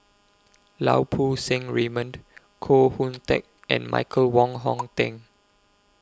Lau Poo Seng Raymond Koh Hoon Teck and Michael Wong Hong Teng